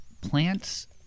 plants